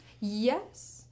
Yes